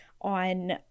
on